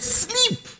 sleep